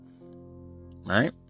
Right